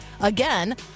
again